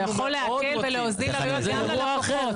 אתה יכול להקל ולהוזיל עלויות גם ללקוחות.